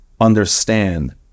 understand